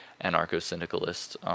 anarcho-syndicalist